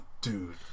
dude